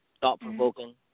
thought-provoking